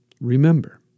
Remember